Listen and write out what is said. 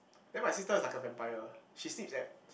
then my sister is like a vampire she sleeps at